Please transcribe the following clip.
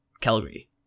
Calgary